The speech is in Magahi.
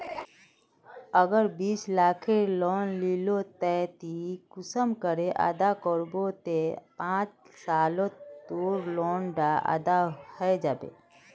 अगर बीस लाखेर लोन लिलो ते ती कुंसम करे अदा करबो ते पाँच सालोत तोर लोन डा अदा है जाबे?